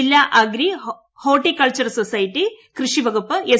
ജില്ലാ agri horticulture society കൃഷി വകുപ്പ് എസ്